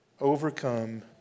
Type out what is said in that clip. Overcome